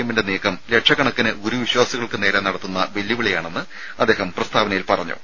എമ്മിന്റെ നീക്കം ലക്ഷക്കണക്കിന് ഗുരു വിശ്വാസികൾക്ക് നേരെ നടത്തുന്ന വെല്ലുവിളിയാണെന്ന് അദ്ദേഹം പ്രസ്താവനയിൽ പറഞ്ഞു